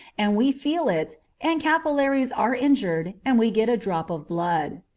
and we feel it, and capillaries are injured and we get a drop of blood.